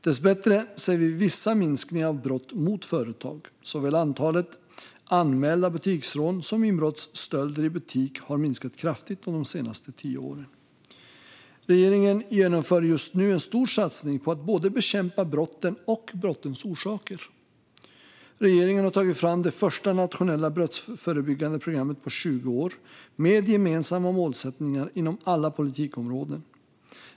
Dessbättre ser vi vissa minskningar av brott mot företag. Såväl antalet anmälda butiksrån som antalet inbrottsstölder i butik har minskat kraftigt under de senaste tio åren. Regeringen genomför just nu en stor satsning på att bekämpa både brotten och brottens orsaker. Regeringen har tagit fram det första nationella brottsförebyggande programmet på 20 år, med gemensamma målsättningar inom alla politikområden.